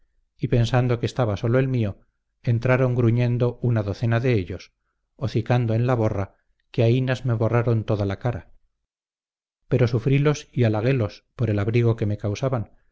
y pensando que estaba solo el mío entraron gruñendo una docena de ellos hocicando en la borra que aínas me borraran toda la cara pero sufrilos y halaguélos por el abrigo que me causaban